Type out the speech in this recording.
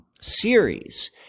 series